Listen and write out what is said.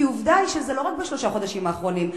כי עובדה היא שזה לא רק בשלושת החודשים האחרונים.